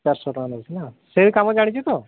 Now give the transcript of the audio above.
ଚାରିଶହ ଟଙ୍କା ନେଉଛି ନା ସେ କାମ ଜାଣିଛି ତ